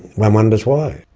one wonders why.